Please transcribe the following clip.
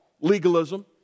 legalism